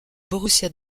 borussia